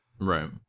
Right